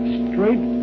straight